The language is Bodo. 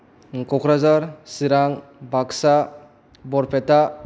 क'क्राझार सिरां बाक्सा बरपेटा